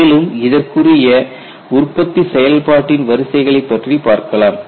மேலும் இதற்குரிய உற்பத்தி செயல்பாட்டின் வரிசைகளை பற்றி பார்க்கலாம்